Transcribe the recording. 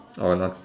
or no